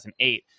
2008